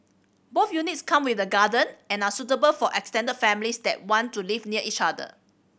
both units come with a garden and are suitable for extended families that want to live near each other